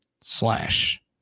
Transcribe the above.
slash